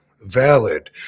valid